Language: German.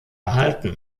erhalten